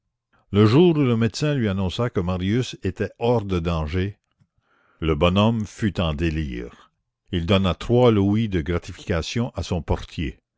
le jour où le médecin lui annonça que marius était hors de danger le bonhomme fut en délire il donna trois louis de gratification à son portier